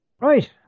Right